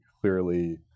clearly